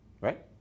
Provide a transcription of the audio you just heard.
right